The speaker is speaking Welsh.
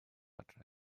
adre